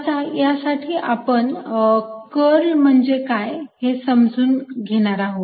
आता साठी आपण कर्ल इक्वेशन म्हणजे काय हे समजून घेणार आहोत